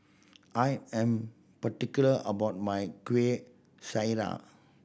I am particular about my Kuih Syara